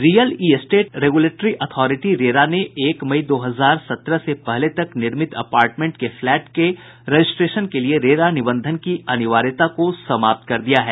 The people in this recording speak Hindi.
real estate regulatory authority RERA ने एक मई दो हजार सत्रह से पहले तक निर्मित अपार्टमेंट के फ्लैट के रजिस्ट्रेशन के लिये रेरा निबंधन की अनिवार्यता को समाप्त कर दिया है